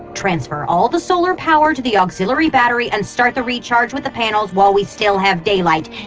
transfer all the solar power to the auxiliary battery and start the recharge with the panels while we still have daylight.